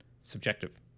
subjective